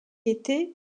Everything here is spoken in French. était